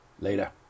Later